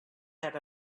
had